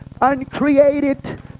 uncreated